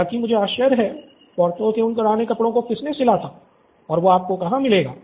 हालांकि मुझे आश्चर्य है कि पोर्थो के उन पुराने कपड़ों को किसने सिला था और वो आपको कहाँ मिलेगा